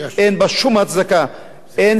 אין שום הצדקה להעלאות האלה.